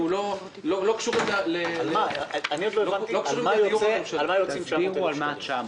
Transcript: אנחנו לא קשורים ל- -- אני עוד לא הבנתי על מה יוצאים 900,000 שקל.